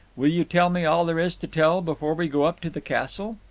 will you tell me all there is to tell before we go up to the castle?